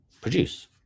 produce